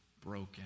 broken